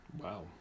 Wow